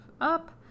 up